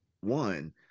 One